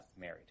married